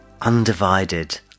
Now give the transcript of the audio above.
undivided